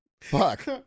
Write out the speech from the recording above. fuck